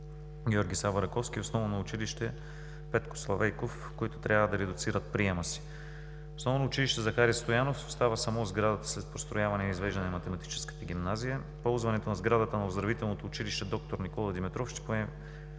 „Георги Сава Раковски“ и Основно училище „Петко Славейков“, които трябва да редуцират приема си. Основно училище „Захари Стоянов“ остава само в сградата след построяване и извеждане на Математическата гимназия. Ползването на сградата на Оздравителното училище „Д-р Никола Димитров“ ще поеме